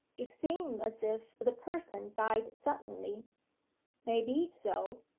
d'seem as if the person died suddenly may be so.